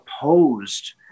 opposed